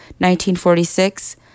1946